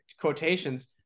quotations